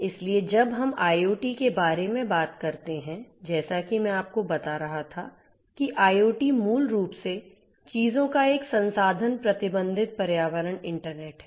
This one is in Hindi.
इसलिए जब हम IoT के बारे में बात करते हैं जैसा कि मैं आपको बता रहा था कि IoT मूल रूप से चीजों का एक संसाधन प्रतिबंधित पर्यावरण इंटरनेट है